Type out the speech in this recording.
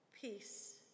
Peace